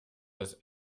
das